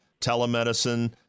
telemedicine